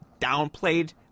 downplayed